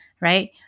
right